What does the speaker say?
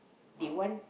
they want